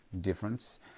difference